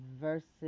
versus